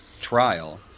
trial